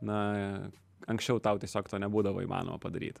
na anksčiau tau tiesiog to nebūdavo įmanoma padaryt